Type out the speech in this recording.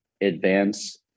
advance